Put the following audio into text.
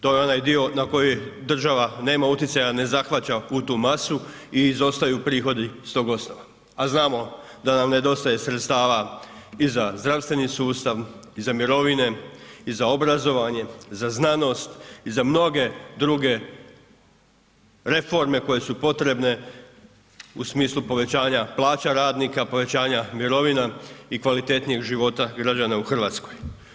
To je onaj dio na koji država nema utjecaja, ne zahvaća u tu masu i izostaju prihodi s tog osnova, a znamo da nam nedostaje sredstava i za zdravstveni sustav i za mirovine i za obrazovanje, za znanost i za mnoge druge reforme koje su potrebne u smislu povećanja plaća radnika, povećanja mirovina i kvalitetnijeg života građana u Hrvatskoj.